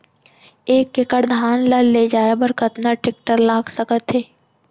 एक एकड़ धान ल ले जाये बर कतना टेकटर लाग सकत हे?